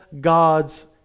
God's